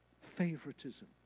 favoritism